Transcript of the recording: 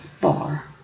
bar